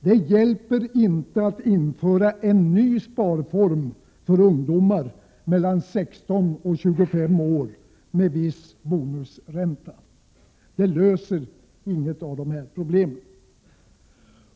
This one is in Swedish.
Det hjälper inte att införa en ny sparform med viss bonusränta för ungdomar mellan 16 och 25 år!